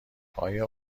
آیا